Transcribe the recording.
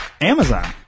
Amazon